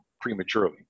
prematurely